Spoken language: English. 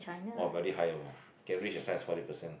!wah! very high orh can reach excess forty percent